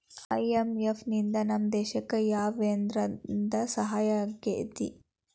IMF ನಿಂದಾ ನಮ್ಮ ದೇಶಕ್ ಯಾವಗ ಯಾವ್ರೇತೇಂದಾ ಸಹಾಯಾಗೇತಿ?